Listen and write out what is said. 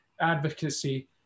advocacy